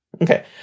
Okay